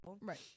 right